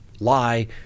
lie